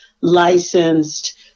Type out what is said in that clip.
licensed